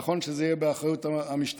נכון שזה יהיה באחריות המשטרה,